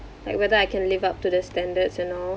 like whether I can live up to the standards and all